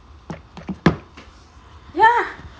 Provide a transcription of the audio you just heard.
ya